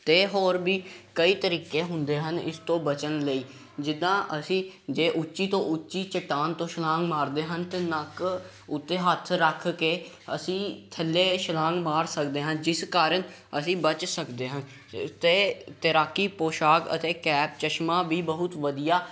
ਅਤੇ ਹੋਰ ਵੀ ਕਈ ਤਰੀਕੇ ਹੁੰਦੇ ਹਨ ਇਸ ਤੋਂ ਬਚਣ ਲਈ ਜਿੱਦਾਂ ਅਸੀਂ ਜੇ ਉੱਚੀ ਤੋਂ ਉੱਚੀ ਚੱਟਾਨ ਤੋਂ ਛਲਾਂਗ ਮਾਰਦੇ ਹਨ ਤਾਂ ਨੱਕ ਉੱਤੇ ਹੱਥ ਰੱਖ ਕੇ ਅਸੀਂ ਥੱਲੇ ਛਲਾਂਗ ਮਾਰ ਸਕਦੇ ਹਾਂ ਜਿਸ ਕਾਰਨ ਅਸੀਂ ਬਚ ਸਕਦੇ ਹਾਂ ਅਤੇ ਤੈਰਾਕੀ ਪੋਸ਼ਾਕ ਅਤੇ ਕੈਪ ਚਸ਼ਮਾ ਵੀ ਬਹੁਤ ਵਧੀਆ